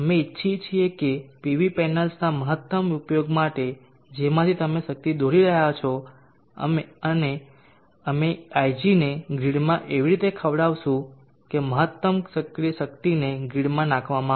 અમે ઇચ્છીએ છીએ કે પીવી પેનલ્સના મહત્તમ ઉપયોગ માટે જેમાંથી તમે શક્તિ દોરી રહ્યા છો અમે Ig ને ગ્રીડમાં એવી રીતે ખવડાવીશું કે મહત્તમ સક્રિય શક્તિને ગ્રીડમાં નાખવામાં આવે